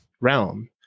realm